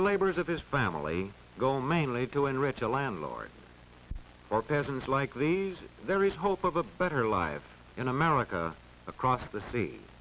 the labors of his family go mainly to enrich a landlord or peasants like raise there is hope of a better life in america across the sea